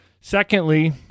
Secondly